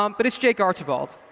um but, it's jake archibald.